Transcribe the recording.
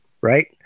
right